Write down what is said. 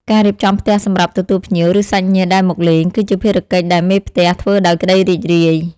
ការរៀបចំផ្ទះសម្រាប់ទទួលភ្ញៀវ ឬសាច់ញាតិដែលមកលេង គឺជាភារកិច្ចដែលមេផ្ទះធ្វើដោយក្តីរីករាយ។